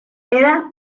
era